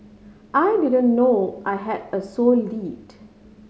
I didn't know I had a sole lead